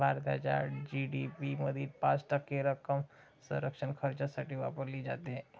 भारताच्या जी.डी.पी मधील पाच टक्के रक्कम संरक्षण खर्चासाठी वापरली जाते